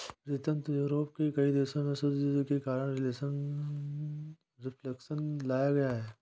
प्रीतम Europe के कई देशों में युद्ध के कारण रिफ्लेक्शन लाया गया है